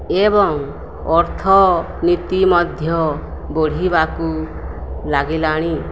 ଏବଂ ଅର୍ଥନୀତି ମଧ୍ୟ ବଢ଼ିବାକୁ ଲାଗିଲାଣି